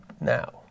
now